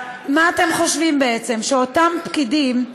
מה אתם חושבים, בעצם, שאותם פקידים,